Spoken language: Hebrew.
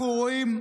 אנחנו רואים,